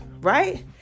right